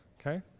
Okay